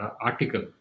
article